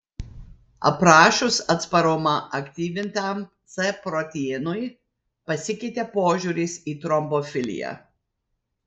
aprašius atsparumą aktyvintam c proteinui pasikeitė požiūris į trombofiliją